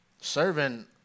serving